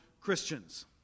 Christians